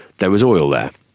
there was oil there.